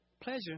pleasure